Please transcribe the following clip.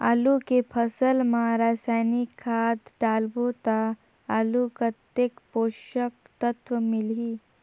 आलू के फसल मा रसायनिक खाद डालबो ता आलू कतेक पोषक तत्व मिलही?